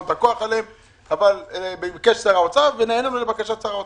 אבל נענינו לבקשת שר האוצר.